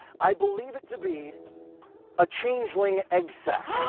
i believe it to be a changeling egg sack.